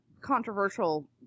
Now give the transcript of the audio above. controversial